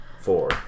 Four